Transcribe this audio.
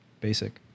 Basic